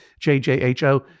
JJHO